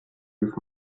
with